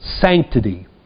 sanctity